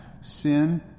Sin